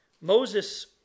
Moses